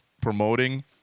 promoting